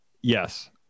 Yes